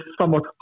somewhat